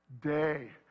day